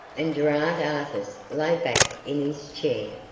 and gerard artis lay back in his chair.